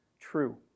true